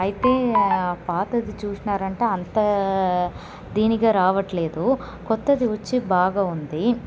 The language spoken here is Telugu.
అయితే పాతది చూసినారంటే అంత దీనిగ రావట్లేదు కొత్తది వచ్చి బాగా వుంది